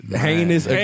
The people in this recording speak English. heinous